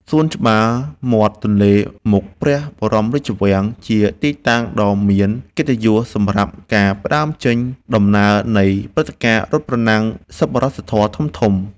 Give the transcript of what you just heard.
សួនច្បារមាត់ទន្លេមុខព្រះបរមរាជវាំង ជាទីតាំងដ៏មានកិត្តិយសសម្រាប់ការផ្ដើមចេញដំណើរនៃព្រឹត្តិការណ៍រត់ប្រណាំងសប្បុរសធម៌ធំៗ។